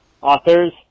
authors